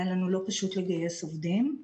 היה לנו לא פשוט לגייס עובדים,